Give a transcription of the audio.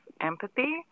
empathy